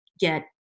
get